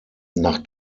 nach